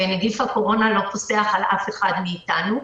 ונגיף הקורונה לא פוסח על אף אחד מאיתנו.